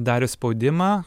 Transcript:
darius spaudimą